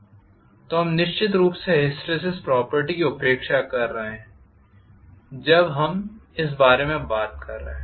तो हम निश्चित रूप से हिसटीरेज़िस प्रॉपर्टी की उपेक्षा कर रहे हैं जब हम इस बारे में बात कर रहे हैं